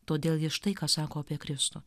todėl jis štai ką sako apie kristų